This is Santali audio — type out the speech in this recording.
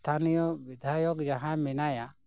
ᱮᱥᱛᱷᱟᱱᱤᱭᱚ ᱵᱤᱫᱷᱟᱭᱚᱠ ᱡᱟᱦᱟᱸᱭ ᱢᱮᱱᱟᱭᱟ